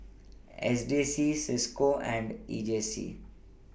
S D C CISCO and E J C